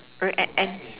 a at and